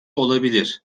olabilir